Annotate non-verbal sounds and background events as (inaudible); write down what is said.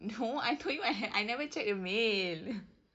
no I told you I hav~ I never check the mail (laughs)